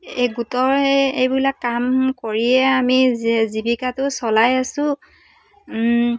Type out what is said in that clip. এই গোটৰ এইবিলাক কাম কৰিয়ে আমি জীৱিকাটো চলাই আছো